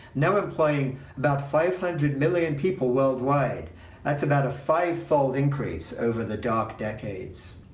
now employing about five hundred million people worldwide that's about a five-fold increase over the dark decades.